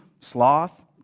sloth